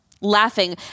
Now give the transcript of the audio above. laughing